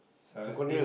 so I was still